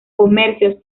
comercio